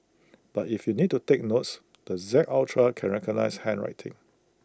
but if you need to take notes the Z ultra can recognise handwriting